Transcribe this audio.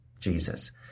Jesus